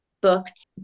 booked